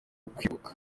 kwibuka